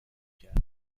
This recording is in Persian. کرد